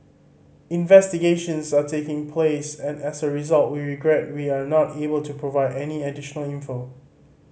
investigations are taking place and as a result we regret we are not able to provide any additional info